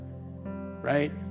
right